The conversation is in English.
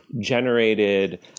generated